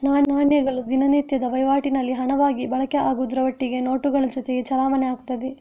ನಾಣ್ಯಗಳು ದಿನನಿತ್ಯದ ವೈವಾಟಿನಲ್ಲಿ ಹಣವಾಗಿ ಬಳಕೆ ಆಗುದ್ರ ಒಟ್ಟಿಗೆ ನೋಟುಗಳ ಜೊತೆ ಚಲಾವಣೆ ಆಗ್ತದೆ